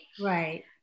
Right